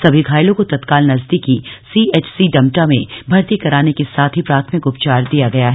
समी घायलों को तत्काल नजदीकी सीएचसी डमटा में भर्ती कराने के साथ ही प्राथमिक उपचार दिया गया है